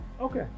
Okay